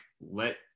let